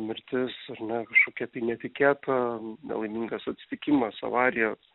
mirtis ar ne kažkokia tai netikėta nelaimingas atsitikimas avarija